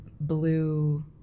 blue